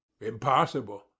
Impossible